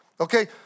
Okay